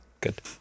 Good